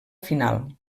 final